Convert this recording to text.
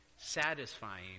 satisfying